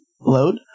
load